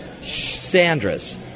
Sandra's